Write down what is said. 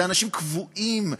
אנשים קבועים,